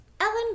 Ellen